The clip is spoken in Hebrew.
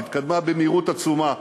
היא התקדמה במהירות עצומה.